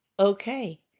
Okay